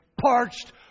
parched